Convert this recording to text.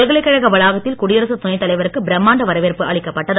பல்கலைக்கழக வளாகத்தில் குடியரசு துணை தலைவருக்கு பிரம்மாண்ட வரவேற்பு அளிக்கப்பட்டது